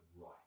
right